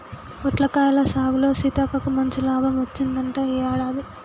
పొట్లకాయల సాగులో సీతక్కకు మంచి లాభం వచ్చిందంట ఈ యాడాది